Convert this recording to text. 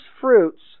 fruits